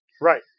Right